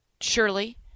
surely